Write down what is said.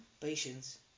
patience